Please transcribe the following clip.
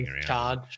charge